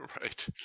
Right